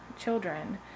children